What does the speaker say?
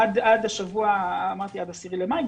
עד ה-10 במאי.